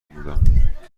بودم